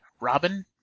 Robin